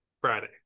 Friday